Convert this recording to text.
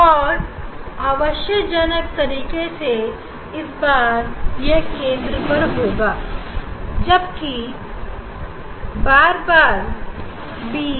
और आश्चर्यजनक तरीके से इस बार यह केंद्र पर होगा जबकि हर बार बी पर